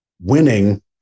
winning